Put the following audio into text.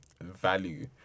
value